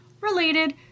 related